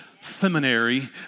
seminary